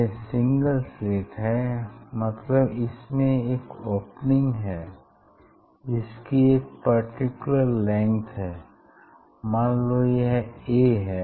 यह single slit है मतलब इसमें एक ओपनिंग है जिसकी एक पर्टिकुलर लेंग्थ है मान लो यह a है